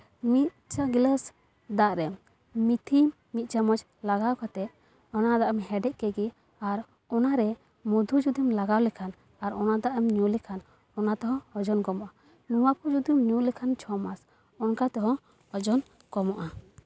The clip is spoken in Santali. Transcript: ᱥᱮ ᱢᱤᱫ ᱪᱟᱥ ᱜᱤᱞᱟᱹᱥ ᱫᱟᱜ ᱨᱮ ᱢᱤᱛᱷᱤ ᱢᱤᱫ ᱪᱟᱢᱚᱪ ᱞᱟᱜᱟᱣ ᱠᱟᱛᱮ ᱚᱱᱟ ᱫᱟᱜ ᱮᱢ ᱦᱮᱰᱮᱡ ᱠᱮᱜ ᱜᱮ ᱟᱨ ᱚᱱᱟᱨᱮ ᱢᱚᱫᱷᱩ ᱡᱩᱫᱤᱢ ᱞᱟᱜᱟᱣ ᱞᱮᱠᱷᱟᱱ ᱟᱨ ᱚᱱᱟ ᱫᱟᱜ ᱮᱢ ᱧᱩ ᱞᱮᱠᱷᱟᱱ ᱚᱱᱟ ᱛᱮᱦᱚᱸ ᱳᱡᱚᱱ ᱠᱚᱢᱚᱜᱼᱟ ᱱᱚᱣᱟ ᱠᱚ ᱡᱩᱫᱤᱢ ᱧᱩ ᱞᱮᱠᱷᱟᱱ ᱪᱷᱚ ᱢᱟᱥ ᱚᱱᱠᱟ ᱛᱮᱦᱚᱸ ᱚᱡᱚᱱ ᱠᱚᱢᱚᱜᱼᱟ